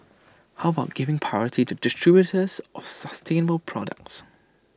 how about giving priority to distributors of sustainable products